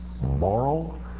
Moral